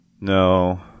No